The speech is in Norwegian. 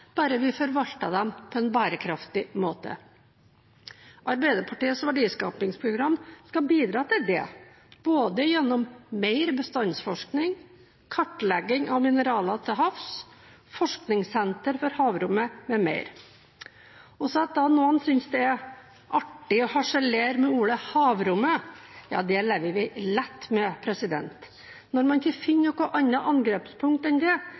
bare vi forvalter dem på en bærekraftig måte. Arbeiderpartiets verdiskapingsprogram skal bidra til det, både gjennom mer bestandsforskning, kartlegging av mineraler til havs, forskningssentre for havrommet m.m. At noen synes det er artig å harselere med ordet «havrommet», lever vi lett med. Når man ikke finner annet angrepspunkt enn det,